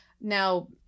Now